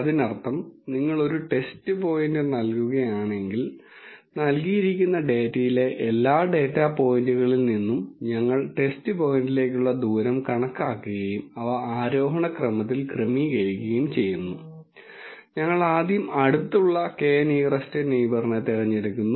അതിനർത്ഥം നിങ്ങൾ ഒരു ടെസ്റ്റ് പോയിന്റ് നൽകുകയാണെങ്കിൽ നൽകിയിരിക്കുന്ന ഡാറ്റയിലെ എല്ലാ ഡാറ്റാ പോയിന്റുകളിൽ നിന്നും ഞങ്ങൾ ടെസ്റ്റ് പോയിന്റിന്റെ ദൂരം കണക്കാക്കുകയും അവ ആരോഹണ ക്രമത്തിൽ ക്രമീകരിക്കുകയും ചെയ്യുന്നു ഞങ്ങൾ ആദ്യം അടുത്തുള്ള k നിയറെസ്റ് നെയിബറിനെ തെരഞ്ഞെടുക്കുന്നു